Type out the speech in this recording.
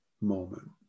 moment